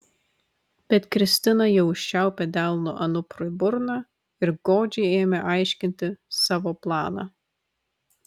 bet kristina jau užčiaupė delnu anuprui burną ir godžiai ėmė aiškinti savo planą